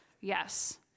Yes